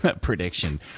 prediction